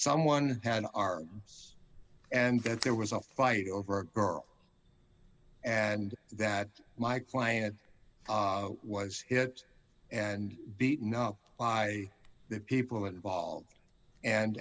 someone had our ups and that there was a fight over a girl and that my client was hit and beaten up by the people involved and